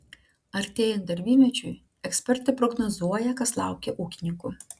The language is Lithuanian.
artėjant darbymečiui ekspertai prognozuoja kas laukia ūkininkų